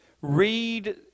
read